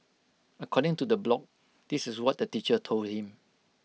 according to the blog this is what the teacher told him